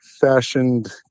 fashioned